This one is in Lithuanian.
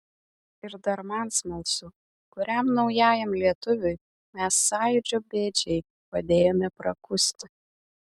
ir dar man smalsu kuriam naujajam lietuviui mes sąjūdžio bėdžiai padėjome prakusti